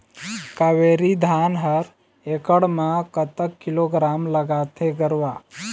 कावेरी धान हर एकड़ म कतक किलोग्राम लगाथें गरवा?